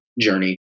journey